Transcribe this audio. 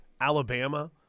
Alabama